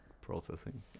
Processing